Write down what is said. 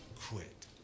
quit